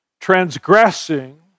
transgressing